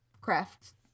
crafts